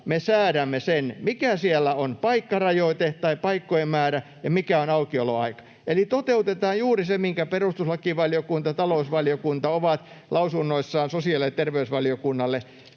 me säädämme sen, mikä siellä on paikkarajoite tai paikkojen määrä ja mikä on aukioloaika, eli toteutetaan juuri se, minkä perustuslakivaliokunta ja talousvaliokunta ovat lausunnoissaan sosiaali‑ ja terveysvaliokunnalle